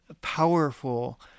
powerful